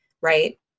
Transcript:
right